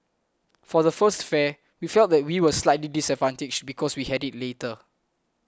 for the first fair we felt that we were slightly disadvantaged because we had it later